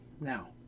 Now